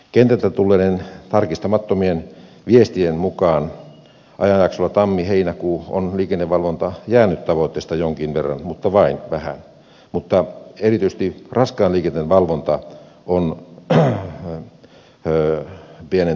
kentältä tulleiden tarkistamattomien viestien mukaan ajanjaksolla tammiheinäkuu on liikennevalvonta jäänyt tavoitteesta jonkin verran mutta vain vähän mutta erityisesti raskaan liikenteen valvonta on pienentynyt oleellisesti